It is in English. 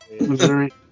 Missouri